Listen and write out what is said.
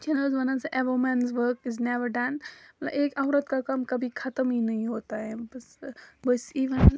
چھِ نا حظ وَنان سُہ a women's work is never done مطلب ایک عورَت کا کام کبھی ختم ہی نہیں ہوتا ہے بس بہٕ حظ چھیٚس یی وَنان